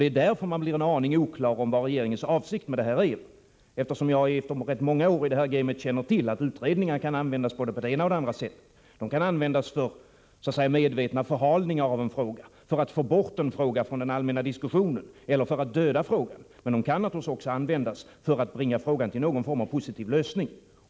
Man kan därför känna sig något oklar över vilken avsikt regeringen har med utredningen. Efter rätt många år i den här verksamheten känner jag till att utredningar kan användas både på det ena och på det andra sättet. De kan användas för medvetna förhalningar av en fråga, för att få bort en fråga från den allmänna diskussionen eller för att döda frågan. Men de kan naturligtvis också användas för att bringa en fråga till någon form av positiv lösning.